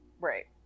Right